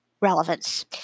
relevance